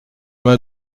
vingt